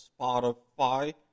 Spotify